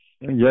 Yes